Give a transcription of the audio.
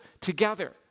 together